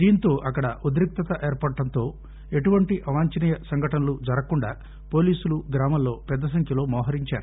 దీంతో అక్కడ ఉద్రిక్తత ఏర్పడటంతో ఎటువంటి అవాంఛనీయ సంఘటనలు జరగకుండా పోలీసులు గ్రామంలో పెద్ద సంఖ్యలో మొహరించారు